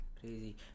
Crazy